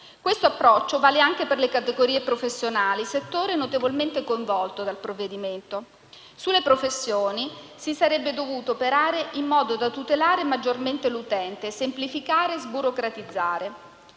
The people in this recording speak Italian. Questo approccio vale anche per le categorie professionali, settore notevolmente coinvolto dal provvedimento. Sulle professioni si sarebbe dovuto operare in modo da tutelare maggiormente l'utente, semplificare, sburocratizzare.